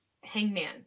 Hangman